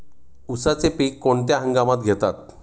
उसाचे पीक कोणत्या हंगामात घेतात?